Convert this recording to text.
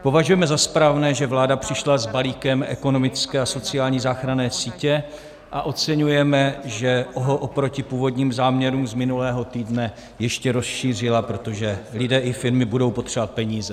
Považujeme za správné, že vláda přišla s balíkem ekonomické a sociální záchranné sítě, a oceňujeme, že ho oproti původním záměrům z minulého týdne ještě rozšířila, protože lidé i firmy budou potřebovat peníze.